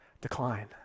decline